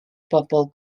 bobl